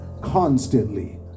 constantly